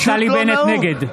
פשוט לא נהוג.